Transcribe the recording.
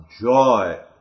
joy